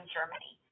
Germany